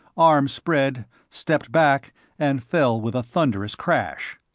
arms spread, stepped back and fell with a thunderous crash.